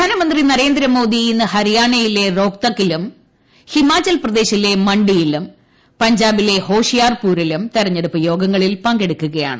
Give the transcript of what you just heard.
പ്രധാനമന്ത്രി നരേന്ദ്രമോദി ഇന്ന് ഹരിയാനയിലെ രോഹ്ത്തക്കിലും ഹിമാചൽപ്രദേശിലെ മണ്ഡിയിലും പഞ്ചാബിലെ ഹോഷിയാർപൂരിലും തെരഞ്ഞെടുപ്പ് യോഗങ്ങളിൽ പങ്കെടുക്കുകയാണ്